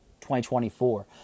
2024